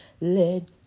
let